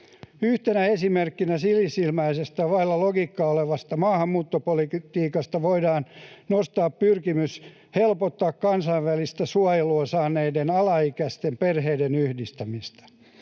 Yhtenä esimerkkinä sinisilmäisestä vailla logiikkaa olevasta maahanmuuttopolitiikasta voidaan nostaa pyrkimys helpottaa kansainvälistä suojelua saaneiden alaikäisten perheiden yhdistämistä.